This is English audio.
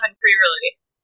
pre-release